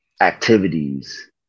activities